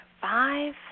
five